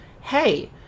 hey